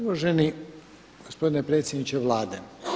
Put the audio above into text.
Uvaženi gospodine predsjedniče Vlade.